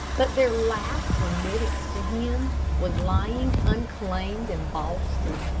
but their last remittance to him was lying unclaimed in boston,